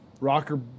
rocker